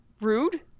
rude